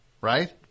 right